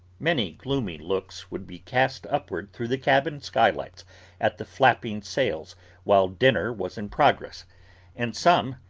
many gloomy looks would be cast upward through the cabin skylights at the flapping sails while dinner was in progress and some,